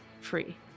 free